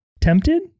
tempted